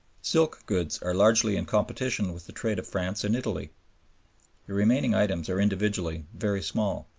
silk goods are largely in competition with the trade of france and italy. the remaining items are individually very small.